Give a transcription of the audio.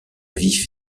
vif